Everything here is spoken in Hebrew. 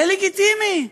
זה לגיטימי,